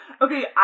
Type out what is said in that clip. Okay